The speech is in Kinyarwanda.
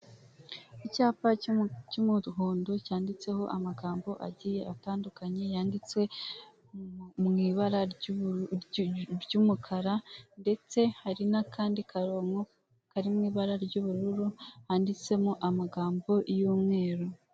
Icyapa cy'umuhondo cyanditseho amagambo agiye atandukanye yanditswe mw'ibara ry'umukara ndetse hari n'akandi karongo kari mw'ibara ry'ubururu handitsemo amagambo y'umweru.